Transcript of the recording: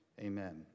Amen